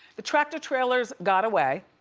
the tractor trailers got away.